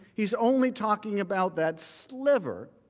he is only talking about that sliver,